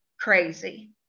crazy